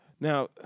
Now